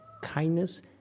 Kindness